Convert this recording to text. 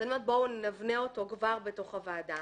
אני אומרת בואו נבנה אותו כבר בתוך הוועדה